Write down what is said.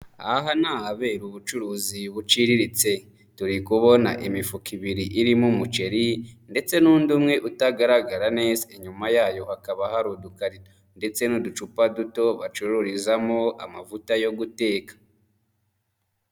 Aha ni ahabera ubucuruzi buciriritse, turi kubona imifuka ibiri irimo umuceri ndetse n'undi umwe utagaragara neza, inyuma yayo hakaba hari udukarito ndetse n'uducupa duto bacururizamo amavuta yo guteka.